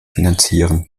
finanzieren